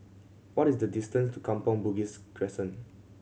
what is the distance to Kampong Bugis Crescent